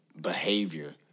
behavior